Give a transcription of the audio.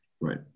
Right